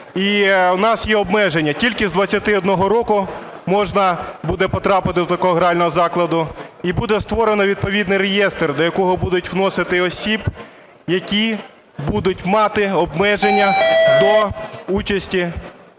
І в нас є обмеження – тільки з 21 року можна буде потрапити до такого грального закладу. І буде створено відповідний реєстр, до якого будуть вносити осіб, які будуть мати обмеження до участі